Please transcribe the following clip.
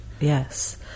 Yes